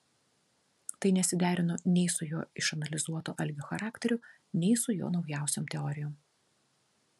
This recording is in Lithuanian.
tai nesiderino nei su jo išanalizuotu algio charakteriu nei su naujausiom teorijom